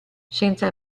senza